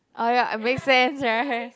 oh ya I'm very fast right